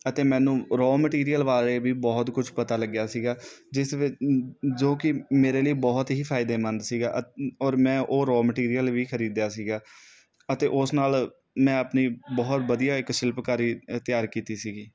ਅਤੇ ਮੈਨੂੰ raw material ਵਾਰੇ ਵੀ ਬਹੁਤ ਕੁਝ ਪਤਾ ਲੱਗਿਆ ਸੀਗਾ ਜਿਸ ਵਿ ਜੋ ਕਿ ਮੇਰੇ ਲਈ ਬਹੁਤ ਹੀ ਫਾਇਦੇਮੰਦ ਸੀਗਾ ਔਰ ਮੈਂ ਉਹ ਰੋ ਮਟੀਰੀਅਲ ਵੀ ਖਰੀਦਿਆ ਸੀਗਾ ਅਤੇ ਉਸ ਨਾਲ ਮੈਂ ਆਪਣੀ ਬਹੁਤ ਵਧੀਆ ਇੱਕ ਸ਼ਿਲਪਕਾਰੀ ਤਿਆਰ ਕੀਤੀ ਸੀਗੀ